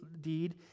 deed